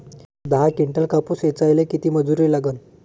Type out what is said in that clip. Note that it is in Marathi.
दहा किंटल कापूस ऐचायले किती मजूरी लागन?